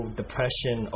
depression